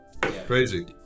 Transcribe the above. crazy